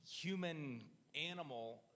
human-animal